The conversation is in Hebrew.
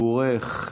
עבורך,